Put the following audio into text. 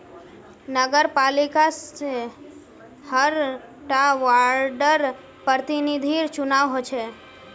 नगरपालिका से हर टा वार्डर प्रतिनिधिर चुनाव होचे